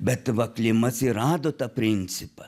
bet va klimas ir rado tą principą